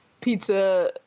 pizza